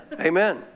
amen